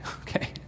okay